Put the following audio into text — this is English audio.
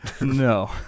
No